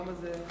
למה זה,